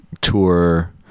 tour